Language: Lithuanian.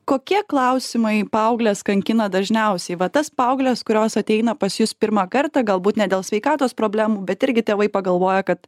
kokie klausimai paaugles kankina dažniausiai va tas paaugles kurios ateina pas jus pirmą kartą galbūt ne dėl sveikatos problemų bet irgi tėvai pagalvoja kad